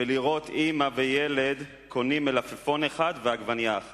ולראות אמא וילד קונים מלפפון אחד ועגבנייה אחת.